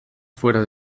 fuera